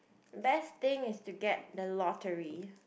best thing is to get the lottery